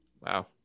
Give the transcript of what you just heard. Wow